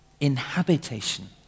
inhabitation